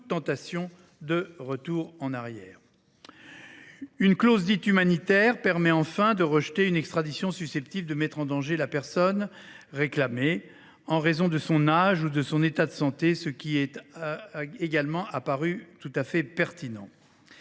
tentation de retour en arrière. Enfin, une clause dite humanitaire permet de rejeter une extradition susceptible de mettre en danger la personne réclamée en raison de son âge ou de son état de santé, ce qui nous est également apparu tout à fait pertinent.